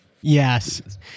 Yes